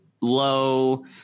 low